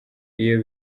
iyo